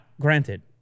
granted